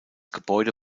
gebäude